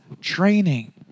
training